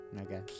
Okay